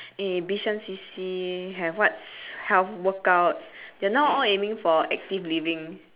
eh bishan C_C have what health workout they are now all aiming for active living